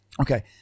Okay